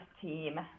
team